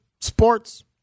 sports